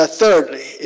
thirdly